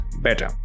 better